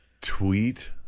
Tweet